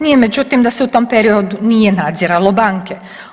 Nije međutim da se u tom periodu nije nadziralo banke.